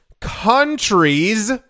countries